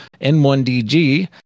N1DG